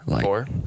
Four